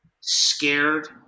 scared